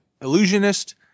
Illusionist